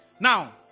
Now